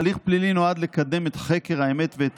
הליך פלילי נועד לקדם את חקר האמת ואת